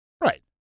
right